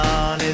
on